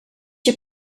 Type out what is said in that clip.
you